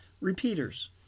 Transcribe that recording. repeaters